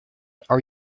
are